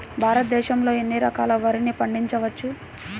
భారతదేశంలో ఎన్ని రకాల వరిని పండించవచ్చు